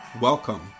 Welcome